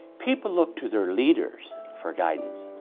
people look to their leaders for guidance.